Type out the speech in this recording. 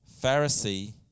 Pharisee